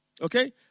Okay